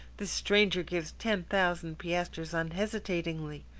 this stranger gives ten thousand piastres unhesitatingly!